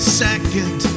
second